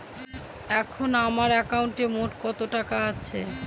এখন আমার একাউন্টে মোট কত টাকা আছে?